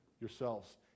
yourselves